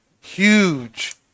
huge